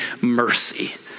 mercy